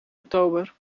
oktober